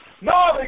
No